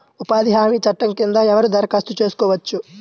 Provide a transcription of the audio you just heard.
ఉపాధి హామీ చట్టం కింద ఎవరు దరఖాస్తు చేసుకోవచ్చు?